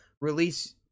release